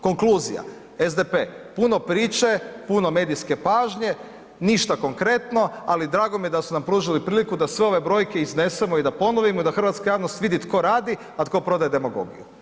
Konkluzija, SDP, puno priče, puno medijske pažnje, ništa konkretno, ali drago mi je da su nam pružili priliku da sve ove brojke iznesemo i da ponovimo i da hrvatska javnost vidi tko radi, a tko prodaje demagogiju.